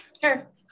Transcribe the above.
Sure